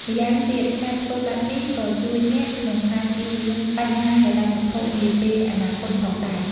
ម្យ៉ាងទៀត ការធ្វើបែបនេះក៏ជួយអ្នកក្នុងការជៀសវាងបញ្ហាហិរញ្ញវត្ថុនាពេលអនាគតផងដែរ។